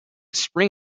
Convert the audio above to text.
spring